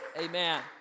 Amen